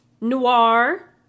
Noir